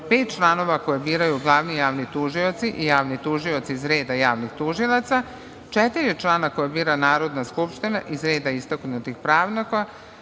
članova koje biraju glavni javni tužioci i javni tužilac iz reda javnih tužilaca, četiri člana koje bira Narodna skupština iz reda istaknutih pravnika